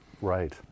Right